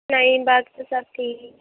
نہیں باقی تو سب ٹھیک